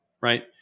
right